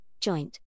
joint